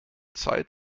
zeit